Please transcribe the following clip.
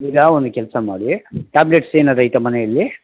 ಈಗ ಒಂದು ಕೆಲಸ ಮಾಡಿ ಟ್ಯಾಬ್ಲೇಟ್ಸ್ ಏನಾರ ಐತಾ ಮನೆಯಲ್ಲಿ